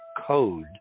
code